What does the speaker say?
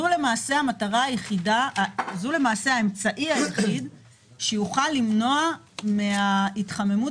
זה האמצעי היחיד שיוכל למנוע מההתחממות